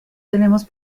tenemos